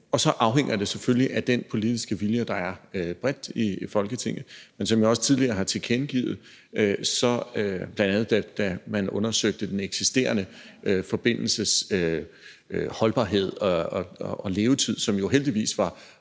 Og så afhænger det selvfølgelig af den politiske vilje, der er bredt i Folketinget, men som jeg også tidligere har tilkendegivet, bl.a. da man undersøgte holdbarheden og levetiden for den eksisterende forbindelse, som jo heldigvis var